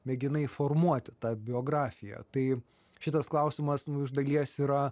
mėginai formuoti tą biografiją tai šitas klausimas iš dalies yra